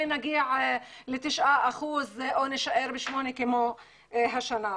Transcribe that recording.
נגיע ל-9% או נישאר ב-8% כמו השנה.